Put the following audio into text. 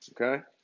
okay